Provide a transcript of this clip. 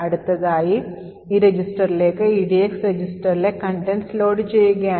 അടുത്തതായി ഈ രജിസ്റ്ററിലേക്ക് EDX രജിസ്റ്ററിലെ contents ലോഡ് ചെയ്യുകയാണ്